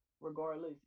regardless